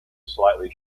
slightly